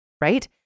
right